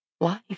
life